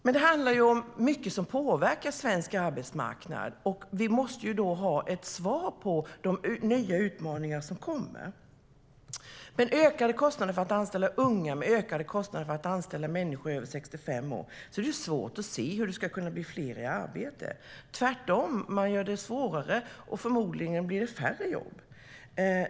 Men det handlar om mycket som påverkar svensk arbetsmarknad, och vi måste då ha ett svar på de nya utmaningar som kommer. Med ökade kostnader för att anställa unga och med ökade kostnader för att anställa människor över 65 år är det svårt att se hur det ska kunna bli fler i arbete. Tvärtom gör man det svårare, och förmodligen blir det färre jobb.